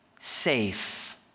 safe